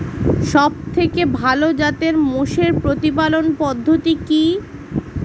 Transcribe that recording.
সবথেকে ভালো জাতের মোষের প্রতিপালন পদ্ধতি কি?